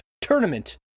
tournament